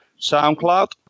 SoundCloud